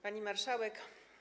Pani Marszałek!